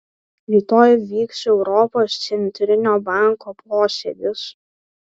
rytoj vyks europos centrinio banko posėdis